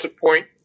point